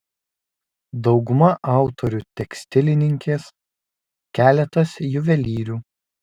dauguma autorių tekstilininkės keletas juvelyrių